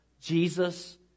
Jesus